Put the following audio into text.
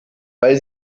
weil